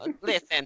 Listen